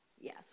Yes